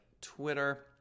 twitter